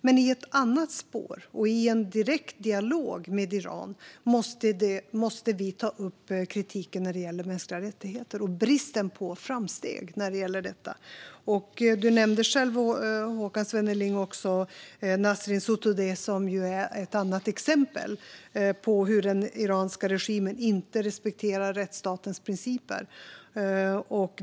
Men i ett annat spår, i en direkt dialog med Iran, måste vi ta upp kritiken när det gäller mänskliga rättigheter och bristen på framsteg där. Håkan Svenneling nämnde själv Nasrin Sotoudeh, som är ett annat exempel på hur den iranska regimen inte respekterar rättsstatens principer.